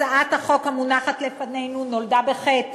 הצעת החוק המונחת לפנינו נולדה בחטא,